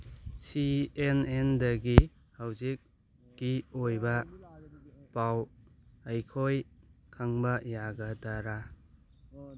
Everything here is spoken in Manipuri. ꯁꯤ ꯑꯦꯟ ꯑꯦꯟꯗꯒꯤ ꯍꯧꯖꯤꯛꯀꯤ ꯑꯣꯏꯕ ꯄꯥꯎ ꯑꯩꯈꯣꯏ ꯈꯪꯕ ꯌꯥꯒꯗ꯭ꯔ